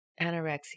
anorexia